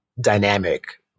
dynamic